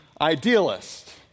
idealist